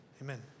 Amen